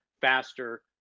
faster